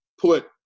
put